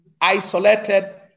isolated